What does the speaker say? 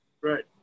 Right